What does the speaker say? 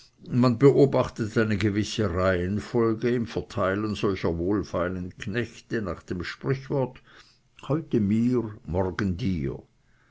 man beobachtet eine gewisse reihenfolge im verteilen solcher wohlfeilen knechte nach dem sprichwort heute mir morgen dir